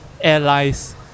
airlines